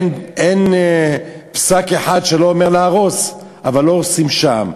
אין פסק אחד שלא אומר להרוס, אבל לא הורסים שם.